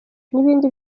n’ibindi